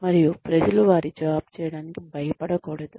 మరియు ప్రజలు వారి జాబ్ చేయడానికి భయపడకూడదు